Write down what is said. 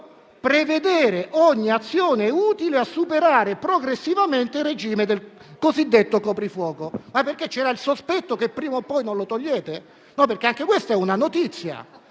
di «prevedere ogni azione utile a superare progressivamente il regime del cosiddetto coprifuoco». Ma perché, c'è il sospetto che non lo togliate, prima o poi? Anche questa è una notizia.